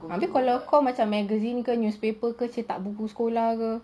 abeh kalau kau macam magazine ke newspaper ke cetak buku sekolah ke